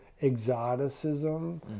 exoticism